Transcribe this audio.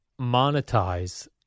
monetize